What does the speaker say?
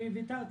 אני ויתרתי,